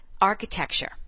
architecture